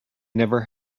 never